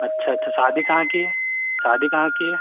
अच्छा अच्छा शादी कहाँ की है शादी कहाँ की है